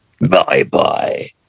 Bye-bye